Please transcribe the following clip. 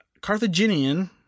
Carthaginian